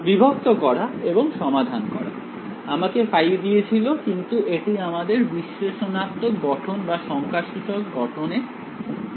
বিভক্ত করা এবং সমাধান করা আমাকে ফাই দিয়েছিল কিন্তু এটি আমাদের বিশ্লেষণাত্মক গঠন বা সংখ্যাসূচক গঠনে দিয়েছিল